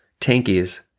tankies